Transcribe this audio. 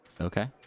Okay